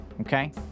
okay